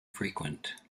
frequent